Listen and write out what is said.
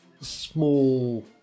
small